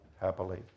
happily